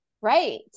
Right